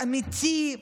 אמיתי,